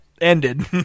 ended